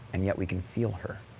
and yet we can feel her.